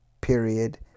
period